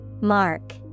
Mark